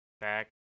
back